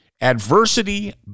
Adversity